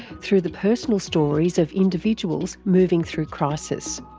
through the personal stories of individuals moving through crisis.